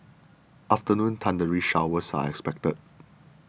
afternoon thundery showers are expected